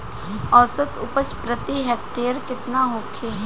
औसत उपज प्रति हेक्टेयर केतना होखे?